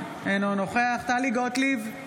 אינו נוכח טלי גוטליב,